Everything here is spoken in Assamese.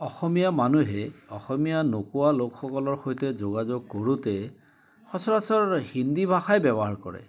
অসমীয়া মানুহে অসমীয়া নোকোৱা লোকসকলৰ সৈতে যোগাযোগ কৰোঁতে সচৰাচৰ হিন্দী ভাষাই ব্যৱহাৰ কৰে